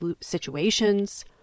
situations